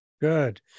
Good